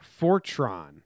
Fortron